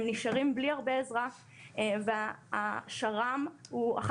הם נשארים בלי הרבה עזרה והשר"מ הוא אחד